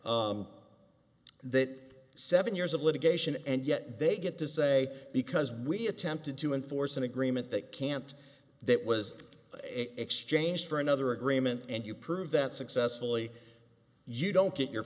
that seven years of litigation and yet they get to say because we attempted to enforce an agreement that can't that was exchanged for another agreement and you prove that successfully you don't get your